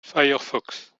firefox